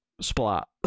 splat